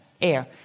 Air